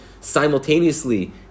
simultaneously